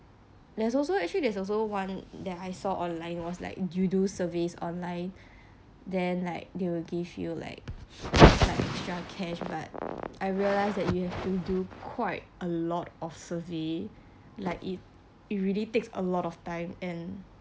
there's also actually there's also one that I saw online was like you do survey online then like they will give you like like extra cash but I realised that you have to do quite a lot of survey like it it really takes a lot of time and